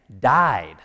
died